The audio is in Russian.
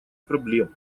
проблемы